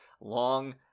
long